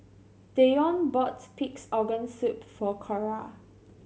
Deion bought Pig's Organ Soup for Cora